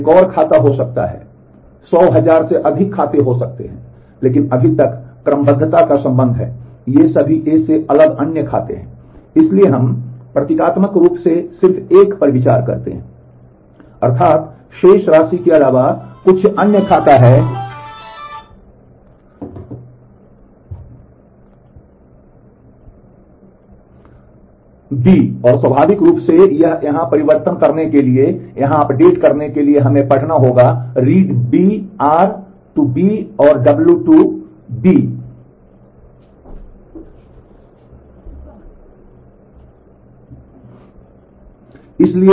एक और खाता हो सकता है 100 हजार अधिक खाता हो सकता है लेकिन अभी तक क्रमबद्धता का संबंध है ये सभी A से अलग अन्य खाते हैं इसलिए हम प्रतीकात्मक रूप से सिर्फ एक पर विचार करते हैं अर्थात् शेष राशि के अलावा कुछ अन्य खाता B और स्वाभाविक रूप से यहां परिवर्तन करने के लिए या यहां अपडेट करने के लिए हमें पढ़ना होगा read B r to B और w to B